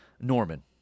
Norman